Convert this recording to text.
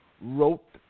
wrote